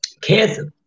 Cancer